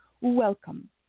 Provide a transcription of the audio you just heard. Welcome